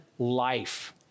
life